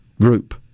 group